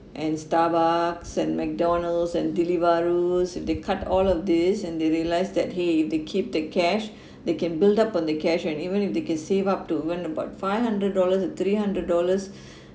and starbucks and mcdonald's and deliveroo if they cut all of this and they realised that if they keep the cash they can build up on the cash and even if they can save up to even about five hundred dollars or three hundred dollars